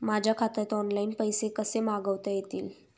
माझ्या खात्यात ऑनलाइन पैसे कसे मागवता येतील?